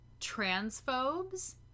transphobes